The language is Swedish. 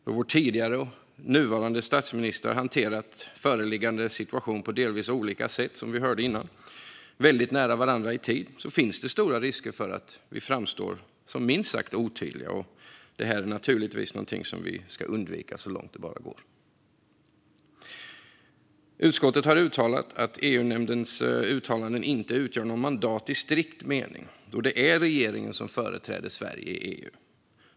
Då vår tidigare och nuvarande statsminister har hanterat föreliggande situation på delvis olika sätt, som vi hörde tidigare, väldigt nära varandra i tid finns det stor risk för att vi framstår som minst sagt otydliga. Detta är naturligtvis någonting som vi ska undvika så långt det bara går. Utskottet har uttalat att EU-nämndens uttalanden inte utgör något mandat i strikt mening då det är regeringen som företräder Sverige i EU.